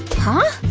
huh?